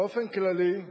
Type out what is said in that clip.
באופן כללי,